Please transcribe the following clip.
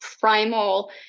primal